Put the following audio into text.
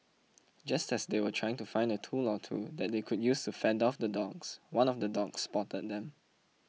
just as they were trying to find a tool or two that they could use to fend off the dogs one of the dogs spotted them